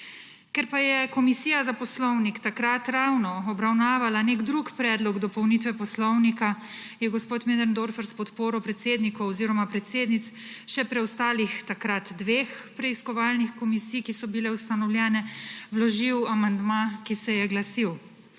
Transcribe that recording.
Ker pa je Komisija za poslovnik takrat ravno obravnavala nek drug predlog dopolnitve Poslovnika, je gospod Möderndorfer s podporo predsednikov oziroma predsednic še preostalih, takrat dveh preiskovalnih komisij, ki so bile ustanovljene, vložil amandma, ki se je glasil,